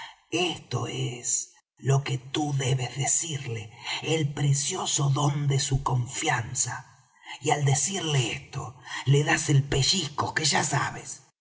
esto es lo que tú debes decirle el precioso don de su confianza y al decirle esto le das el pellizco que ya sabes